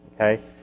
okay